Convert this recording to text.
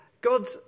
God